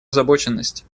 озабоченность